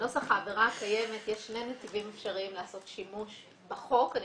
בנוסח העבירה הקיימת יש שני נתיבים אפשריים לעשות שימוש בחוק.